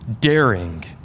daring